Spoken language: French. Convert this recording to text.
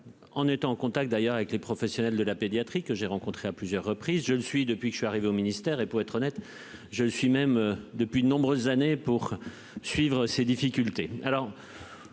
en étant en contact d'ailleurs avec les professionnels de la pédiatrie que j'ai rencontré à plusieurs reprises, je le suis depuis que je suis arrivée au ministère et pour être honnête, je suis même depuis de nombreuses années pour suivre ces difficultés,